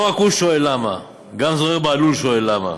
לא רק הוא שואל למה, גם זוהיר בהלול שואל למה.